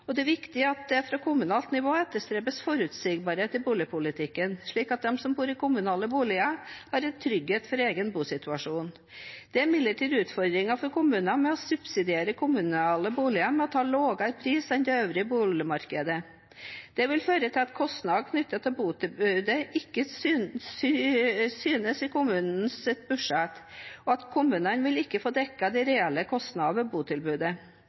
Det er viktig at det fra kommunalt nivå etterstrebes forutsigbarhet i boligpolitikken, slik at de som bor i kommunale boliger, har trygghet for egen bosituasjon. Det er imidlertid utfordringer for kommunen hvis de subsidierer kommunale boliger ved å ta lavere priser enn det som er på det øvrige boligmarkedet. Det vil føre til at kostnadene knyttet til botilbudet ikke synes i kommunens budsjett, og at kommunen ikke vil få dekket de